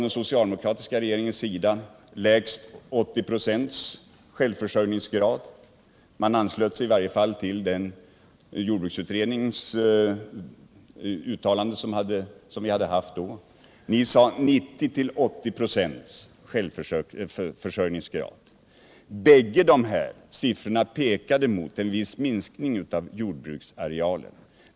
Den socialdemokratiska regeringen anslöt sig till ett uttalande från den jordbruksutredning som arbetat, att det skulle vara lägst 80 96 självförsörjningsgrad; De borgerliga sade 90-80 96 självförsörjningsgrad. Bägge dessa siffror pekade mot en viss minskning av jordbruksarealen.